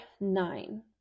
nine